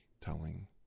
telling